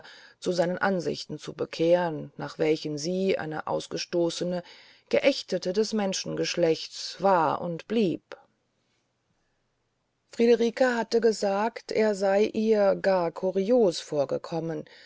zu seinen ansichten zu bekehren nach welchen sie eine ausgestoßene geächtete des menschengeschlechts war und blieb friederike hatte gesagt er sei ihr gar kurios vorgekommen